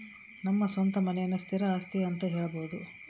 ನಮ್ಮ ಸ್ವಂತ ಮನೆಯನ್ನ ಸ್ಥಿರ ಆಸ್ತಿ ಅಂತ ಹೇಳಬೋದು